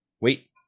wait